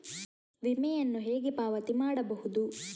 ವಿಮೆಯನ್ನು ಹೇಗೆ ಪಾವತಿ ಮಾಡಬಹುದು?